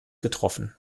getroffen